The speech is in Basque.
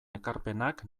ekarpenak